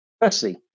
Firstly